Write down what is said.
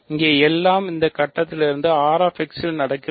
இங்கே எல்லாம் இந்த கட்டத்தில் இருந்து R x இல் நடக்கிறது